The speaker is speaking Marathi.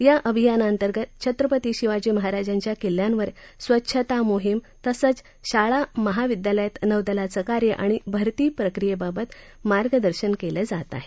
या अभियानाअंतर्गत छत्रपती शिवाजी महाराजांच्या किल्ल्यांवर स्वच्छता मोहीम तसंच शाळा महाविद्यालयात नौदलाचं कार्य आणि भरती प्रक्रियेबाबत मार्गदर्शन केलं जात आहे